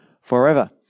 forever